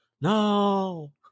No